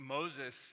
Moses